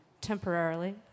temporarily